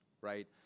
right